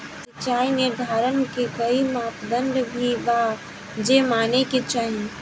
सिचाई निर्धारण के कोई मापदंड भी बा जे माने के चाही?